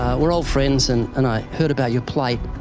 we're all friends and and i heard about your plight.